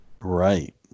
Right